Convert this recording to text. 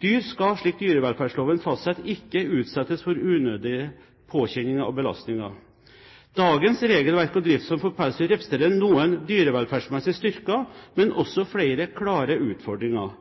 Dyr skal, slik dyrevelferdsloven fastsetter, ikke utsettes for unødige påkjenninger og belastninger. Dagens regelverk og driftsform for pelsdyr representerer noen dyrevelferdsmessige styrker, men også flere klare utfordringer.